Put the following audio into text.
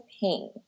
pain